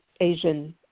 Asian